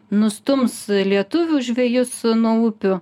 nustums lietuvių žvejus nuo upių